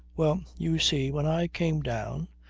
well, you see, when i came down,